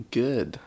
good